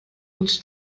uns